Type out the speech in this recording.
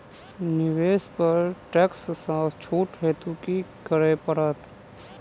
निवेश पर टैक्स सँ छुट हेतु की करै पड़त?